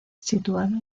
situada